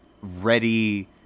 ready